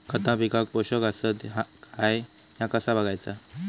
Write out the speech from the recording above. खता पिकाक पोषक आसत काय ह्या कसा बगायचा?